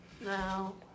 No